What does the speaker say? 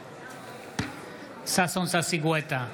נגד ששון ששי גואטה,